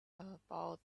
about